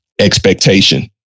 Expectation